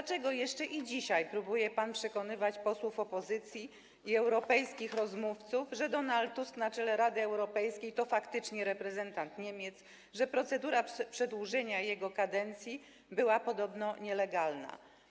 Dlaczego jeszcze dzisiaj próbuje pan przekonywać posłów opozycji i europejskich rozmówców, że Donald Tusk na czele Rady Europejskiej to faktycznie reprezentant Niemiec, że procedura przedłużenia jego kadencji była nielegalna?